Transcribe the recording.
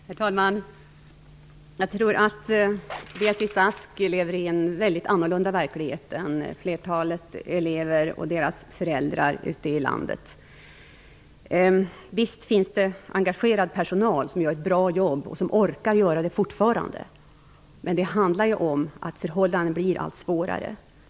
Herr talman! Jag tror att Beatrice Ask lever i en mycket annorlunda verklighet än flertalet elever och deras föräldrar ute i landet. Visst finns det engagerad personal som gör ett bra jobb och som orkar göra det fortfarande. Men det handlar om att förhållandena blir allt svårare.